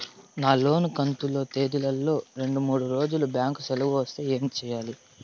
నా లోను కంతు తేదీల లో రెండు మూడు రోజులు బ్యాంకు సెలవులు వస్తే ఏమి సెయ్యాలి?